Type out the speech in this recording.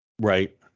Right